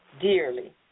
dearly